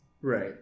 Right